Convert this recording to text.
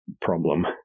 problem